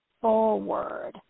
forward